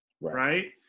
right